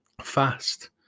fast